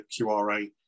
QRA